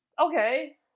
okay